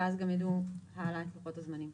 ואז גם ידעו העלאת לוחות זמנים.